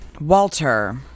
Walter